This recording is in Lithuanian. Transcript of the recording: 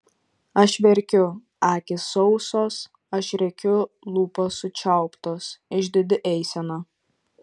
aš verkiu akys sausos aš rėkiu lūpos sučiauptos išdidi eisena